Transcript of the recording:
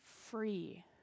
free